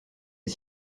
est